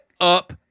up